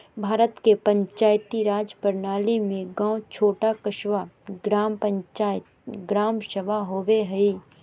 भारत के पंचायती राज प्रणाली में गाँव छोटा क़स्बा, ग्राम पंचायत, ग्राम सभा होवो हइ